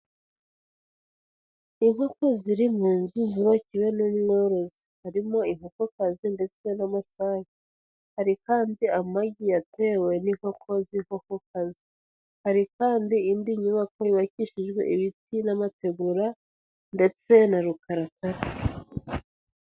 Inkoko ziri mu nzu zubakiwe n'umworozi, harimo inkokokazi ndetse n'amasake, hari kandi amagi yatewe n'inkoko z'inkokokazi, hari kandi indi nyubako yubakishijwe ibiti n'amategura ndetse na rukarakara.